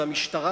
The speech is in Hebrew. והמשטרה,